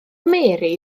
mary